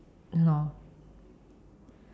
!hannor!